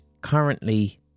currently